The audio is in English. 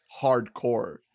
hardcore